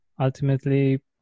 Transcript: ultimately